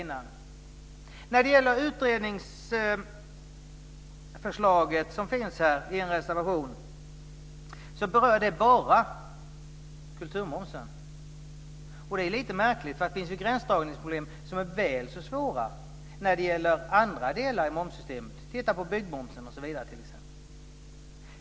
I en reservation föreslås en utredning. Den berör bara kulturmomsen. Det är lite märkligt. Det finns gränsdragningsproblem som är väl så svåra när det gäller andra delar i momssystemet. Titta t.ex. på byggmomsen.